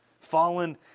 fallen